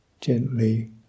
gently